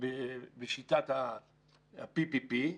בשיטת ה-PPP